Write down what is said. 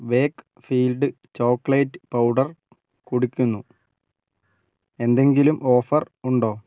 Wakefield chocolate powder കുടിക്കുന്നു എന്തെങ്കിലും offer ഉണ്ടോ